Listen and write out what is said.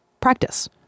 practice